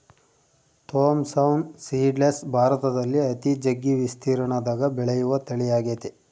Thompson seedless ಭಾರತದಲ್ಲಿ ಅತಿ ಜಗ್ಗಿ ವಿಸ್ತೀರ್ಣದಗ ಬೆಳೆಯುವ ತಳಿಯಾಗೆತೆ